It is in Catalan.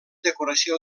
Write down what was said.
decoració